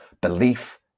Belief